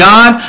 God